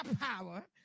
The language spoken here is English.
power